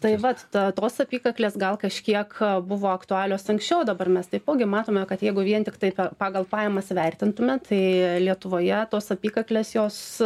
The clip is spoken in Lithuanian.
tai vat ta tos apykaklės gal kažkiek buvo aktualios anksčiau dabar mes taipogi matome kad jeigu vien tiktai pagal pajamas vertintume tai lietuvoje tos apykaklės jos